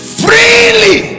freely